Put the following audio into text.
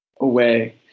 away